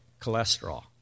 cholesterol